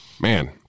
man